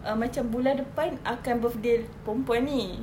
err macam bulan depan akan birthday perempuan ini